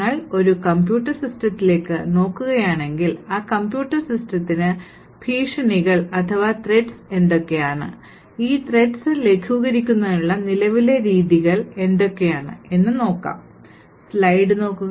നിങ്ങൾ ഒരു കമ്പ്യൂട്ടർ സിസ്റ്റത്തിലേക്ക് നോക്കുകയാണെങ്കിൽ ആ കമ്പ്യൂട്ടർ സിസ്റ്റത്തിന് ഭീഷണികൾ എന്തൊക്കെയാണ് ഈ threats ലഘൂകരിക്കുന്നതിനുള്ള നിലവിലെ രീതികൾ എന്തൊക്കെയാണ് എന്ന് നോക്കാം